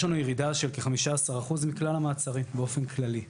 יש לנו ירידה של כ-15% מכלל המעצרים באופן כללי.